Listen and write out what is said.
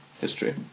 history